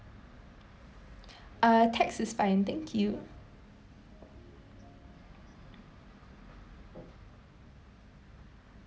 uh text is fine thank you